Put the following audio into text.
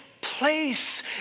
place